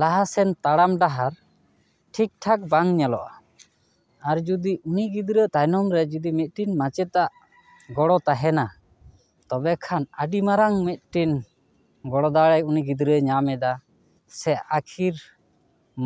ᱞᱟᱦᱟᱥᱮᱱ ᱛᱟᱲᱟᱢ ᱰᱟᱦᱟᱨ ᱴᱷᱤᱠ ᱴᱷᱟᱠ ᱵᱟᱝ ᱧᱮᱞᱚᱜᱼᱟ ᱟᱨ ᱡᱩᱫᱤ ᱩᱱᱤ ᱜᱤᱫᱽᱨᱟᱹ ᱛᱟᱭᱱᱚᱢ ᱨᱮ ᱡᱩᱫᱤ ᱢᱤᱫᱴᱮᱱ ᱢᱟᱪᱮᱫᱟᱜ ᱜᱚᱲᱚ ᱛᱟᱦᱮᱱᱟ ᱛᱚᱵᱮ ᱠᱷᱟᱱ ᱟᱹᱰᱤ ᱢᱟᱨᱟᱝ ᱢᱤᱫᱴᱮᱱ ᱜᱚᱲᱚ ᱫᱟᱲᱮ ᱩᱱᱤ ᱜᱤᱫᱽᱨᱟᱹᱭ ᱧᱟᱢ ᱮᱫᱟ ᱥᱮ ᱟᱹᱠᱷᱤᱨ